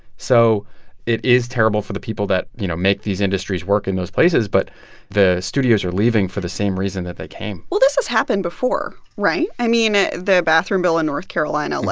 so it is terrible for the people that, you know, make these industries work in those places. but the studios are leaving for the same reason that they came well, this has happened before, right? i mean, ah the bathroom bill in north carolina.